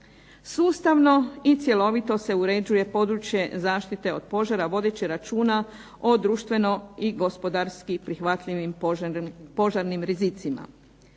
sustavno i cjelovito se uređuje područje zaštite od požara vodeći računa o društveno i gospodarski prihvatljivim požarnim rizicima,